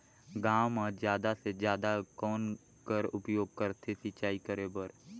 गांव म जादा से जादा कौन कर उपयोग करथे सिंचाई करे बर?